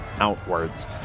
outwards